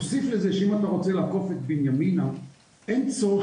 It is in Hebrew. תוסיף לזה שאם אתה רוצה לעקוף את בנימינה אין צורך